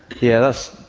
yes,